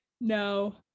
no